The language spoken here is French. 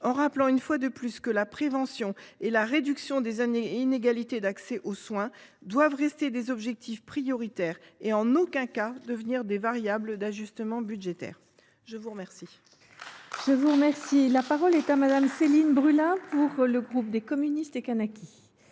en rappelant, une fois de plus, que la prévention et la réduction des inégalités d’accès aux soins doivent rester des objectifs prioritaires et ne doivent en aucun cas devenir des variables d’ajustement budgétaire. La parole